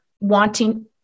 wanting